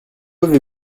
avez